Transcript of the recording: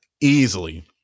easily